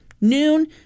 Noon